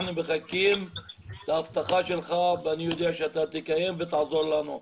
אנחנו מחכים להבטחה שלך ואני יודע שאתה תקיים אותה ותעזור לנו.